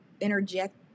interject